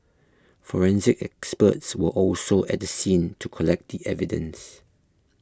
forensic experts were also at the scene to collect the evidence